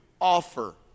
offer